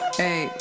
hey